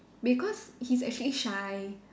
because he's actually shy